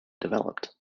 developed